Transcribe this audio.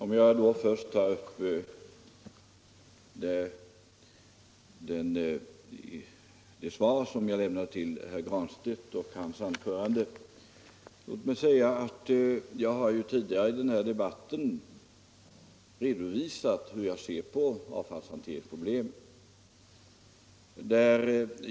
Herr talman! Först vill jag beröra herr Granstedts anförande. Tidigare i den här debatten har jag redovisat hur jag ser på avfallshanteringsproblemen.